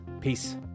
Peace